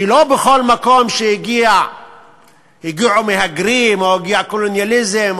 כי לא בכל מקום שהגיעו מהגרים או הגיע קולוניאליזם,